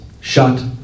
shut